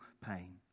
pain